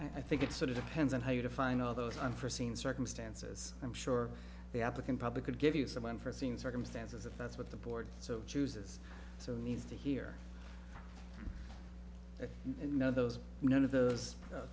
know i think it's sort of depends on how you define all those unforseen circumstances i'm sure the applicant probably could give you some unforseen circumstances if that's what the board so chooses so needs to hear and know those none of those